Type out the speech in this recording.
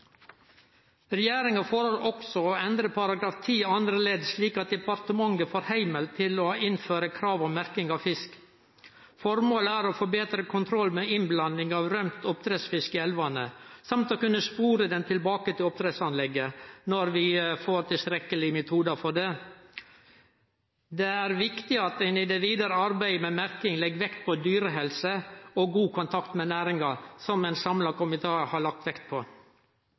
Regjeringa foreslår også å endre § 10 andre ledd slik at departementet får heimel til å innføre krav om merking av fisk. Formålet er å få betre kontroll med innblanding av rømt oppdrettsfisk i elvane, og å kunne spore dei tilbake til oppdrettsanlegget – når vi får tilstrekkelege metodar for det. Det er viktig at ein i det vidare arbeidet med merking legg vekt på dyrehelse og god kontakt med næringa, som ein samla komité har lagt vekt på.